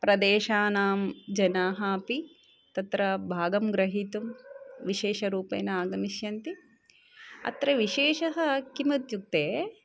प्रदेशानां जनाः अपि तत्र भागं गृहीतुं विशेषरूपेण आगमिष्यन्ति अत्र विशेषः किमित्युक्ते